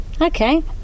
Okay